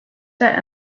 set